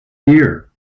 year